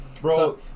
Bro